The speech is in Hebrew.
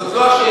זאת לא השאלה.